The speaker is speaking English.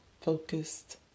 focused